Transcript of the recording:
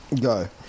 go